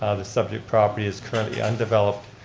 ah the subject property is currently undeveloped,